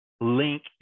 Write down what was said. link